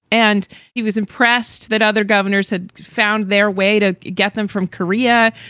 and he was impressed that other governors had found their way to get them from korea.